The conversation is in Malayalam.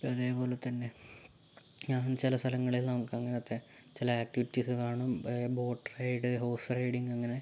ഇപ്പോൾ അതുപോലെതന്നെ ഞാൻ ചില സ്ഥലങ്ങളിൽ നമുക്കങ്ങനത്തെ ചില ആക്ടിവിറ്റീസ് കാണും ബോട്ട് റൈഡ് ഹോഴ്സ് റൈഡിങ്ങ് അങ്ങനെ